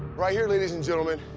right here ladies and gentlemen,